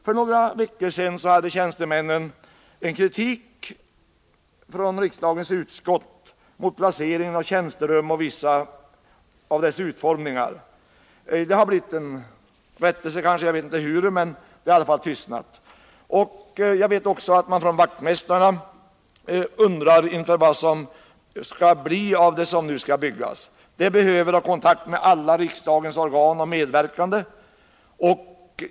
För några veckor sedan framförde tjänstemännen i riksdagens utskott kritik mot placeringen av tjänsterummen samt mot utformningen av vissa av dem. Det har kanske blivit en rättelse, jag vet inte hur, men kritiken har i alla fall tystnat. Jag vet också att man från vaktmästarnas sida undrar vad det skall bli av det som nu skall byggas. Vaktmästarna behöver ha god kontakt med alla riksdagens organ och medverkande.